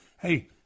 Hey